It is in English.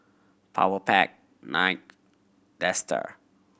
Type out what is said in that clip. Powerpac Knight Dester